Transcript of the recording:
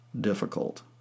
difficult